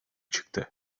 çıktı